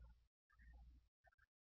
तर एकूण खर्च 450010 रुपये आहे